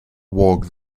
work